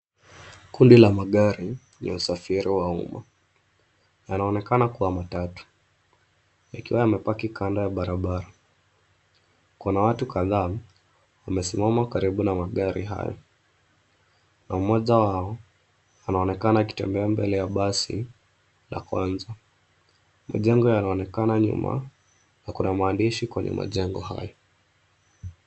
Kundi la magari ya usafiri wa umma yanaonekana kuwa matatu yakiwa yamepaki kando ya barabara. Kuna watu kadhaa wamesimama karibu na magari hayo na mmoja wao anaonekana akitembea mbele ya basi la kwanza. Majengo yanaonekana nyuma na kuna maandishi kwenye majengo hayo.